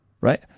right